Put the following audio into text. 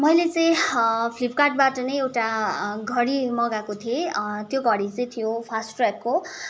मैले चाहिँ फ्लिपकार्डबाट नै एउटा घडी मगाएको थिएँ त्यो घडी चाहिँ थियो फास्टट्र्याकको